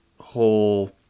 whole